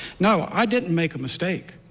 no, i didn't make a mistake.